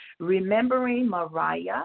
rememberingmariah